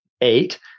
eight